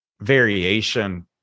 variation